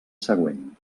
següent